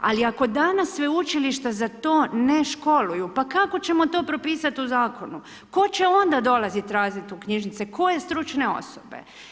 Ali, ako danas sveučilišta za to ne školuju, pa kako ćemo to propisati u zakonu, tko će onda dolaziti raditi u knjižnice, koje stručne osobe?